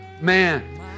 man